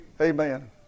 Amen